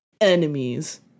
enemies